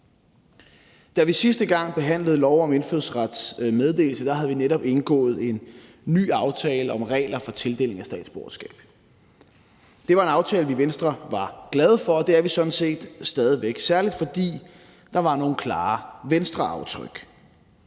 Da vi sidste gang behandlede lov om indfødsrets meddelelse, havde vi netop indgået en ny aftale om regler for tildeling af statsborgerskab. Det var en aftale, vi i Venstre var glade for, og det er vi sådan set stadig væk, særlig fordi der var nogle klare Venstreaftryk.